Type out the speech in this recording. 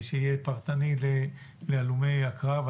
שיהיה פרטני להלומי הקרב.